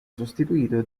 sostituito